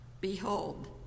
Behold